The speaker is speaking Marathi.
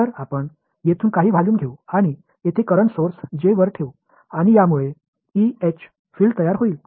तर आपण येथून काही व्हॉल्यूम घेऊ आणि येथे करंट सोर्स J वर ठेवू आणि यामुळे E H फील्ड तयार होईल